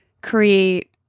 create